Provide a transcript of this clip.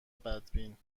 بدبین